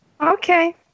Okay